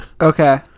okay